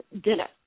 dinner